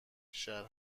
شهر